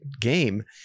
game